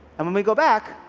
and when we go back,